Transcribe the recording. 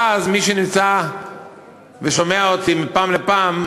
ואז מי שנמצא ושומע אותי מפעם לפעם,